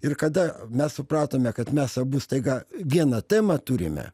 ir kada mes supratome kad mes abu staiga vieną temą turime